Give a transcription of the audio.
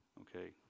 Okay